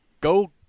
go